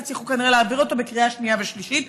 אתם כנראה תצליחו להעביר אותו בקריאה שנייה ושלישית.